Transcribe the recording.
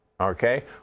okay